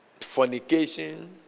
fornication